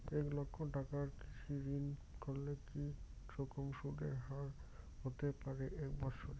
এক লক্ষ টাকার কৃষি ঋণ করলে কি রকম সুদের হারহতে পারে এক বৎসরে?